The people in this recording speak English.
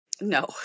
No